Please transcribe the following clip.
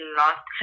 lost